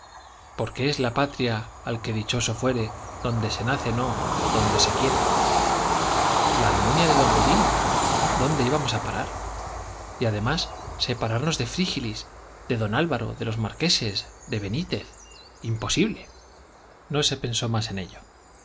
porque es la patria al que dichoso fuere donde se nace no donde se quiere la almunia de don godino dónde íbamos a parar y además separarnos de frígilis de don álvaro de los marqueses de benítez imposible no se pensó más en ello